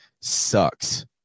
sucks